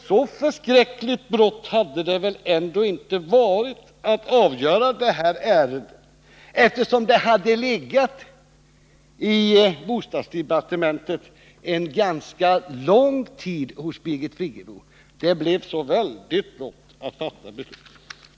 Så förskräckligt brått hade det väl inte varit att avgöra det här ärendet, eftersom det legat hos Birgit Friggebo i bostadsdepartementet en ganska lång tid. Det blev så väldigt brått att fatta beslut.